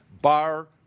Bar